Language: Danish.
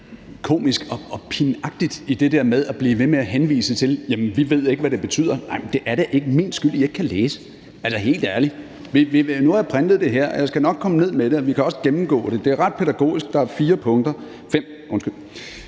komisk og pinagtigt i det der med at blive ved med at henvise til, at man ikke ved, hvad det betyder. Nej, men det er da ikke min skyld, at I ikke kan læse. Altså, helt ærligt. Nu har jeg printet det her, og jeg skal nok komme ned med det, og vi kan også gennemgå det. Det er ret pædagogisk, der er fem punkter, og jeg kan